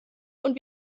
und